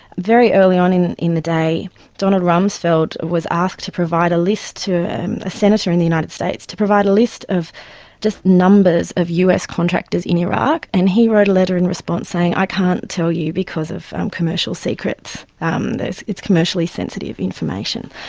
very early on in in the day donald rumsfeld was asked to provide a list a senator in the united states to provide a list of just numbers of us contractors in iraq, and he wrote a letter in response saying, i can't tell you because of um commercial secrets um it's commercially sensitive information.